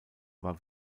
war